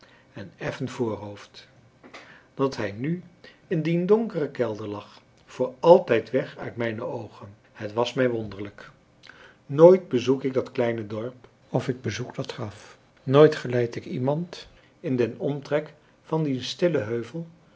en effen voorhoofd dat hij nu in dien donkeren kelder lag voor altijd weg uit mijne oogen het was mij wonderlijk nooit bezoek ik dat kleine dorp of ik bezoek dat graf nooit geleid ik iemand in den omtrek van dien stillen heuvel